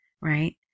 right